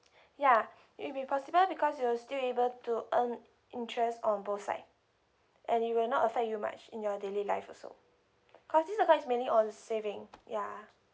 ya it'll be possible because you're still able to earn interest on both side and it will not affect you much in your daily life also cause this account is mainly on saving ya